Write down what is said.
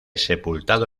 sepultado